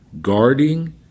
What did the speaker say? guarding